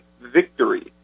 victory